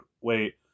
wait